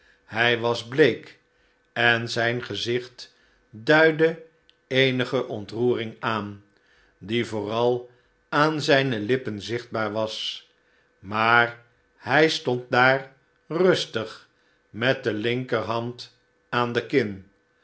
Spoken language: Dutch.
hij was bleek en zijn gezicht duidde eenige ontroering aan die vooral aan zijne lippen zichtbaar was maar hij stond daar rustig met de linkerhand aan de kin